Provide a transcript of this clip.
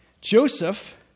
Joseph